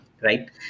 Right